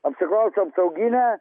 apsiklausiau apsauginio